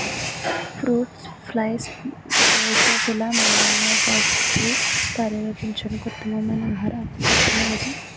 Fruit flies Drosophila మెలనోగాస్టర్ని పర్యవేక్షించడానికి ఉత్తమమైన ఆహార ఆకర్షణ ఏది?